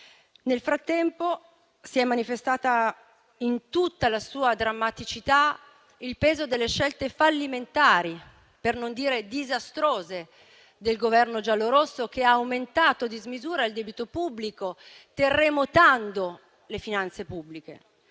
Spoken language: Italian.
Nel frattempo si è manifestato in tutta la sua drammaticità il peso delle scelte fallimentari, per non dire disastrose del Governo giallorosso, che ha aumentato a dismisura il debito pubblico, terremotando le finanze pubbliche.